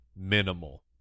minimal